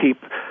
keep